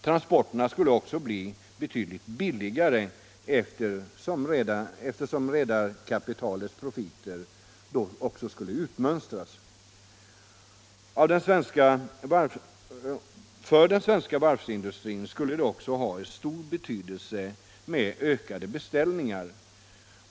Transporterna skulle också bli betydligt billigare eftersom redarkapitalets profiter då skulle utmönstras. För den svenska varvsindustrin skulle ökade beställningar ha stor betydelse.